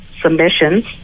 submissions